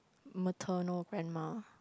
maternal grandma